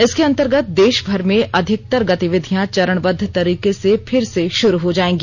इसके अंतर्गत देश भर में अधिकतर गतिविधियां चरणबद्ध तरीके से फिर से शुरू हो जाएगी